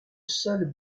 seule